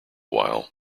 while